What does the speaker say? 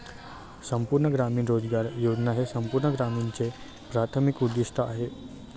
संपूर्ण ग्रामीण रोजगार योजना हे संपूर्ण ग्रामीणचे प्राथमिक उद्दीष्ट आहे